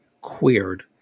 queered